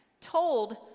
told